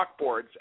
chalkboards